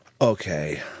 Okay